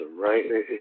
right